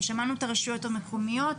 שמענו את הרשויות המקומיות.